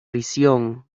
prisión